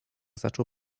zaczął